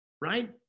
right